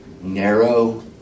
Narrow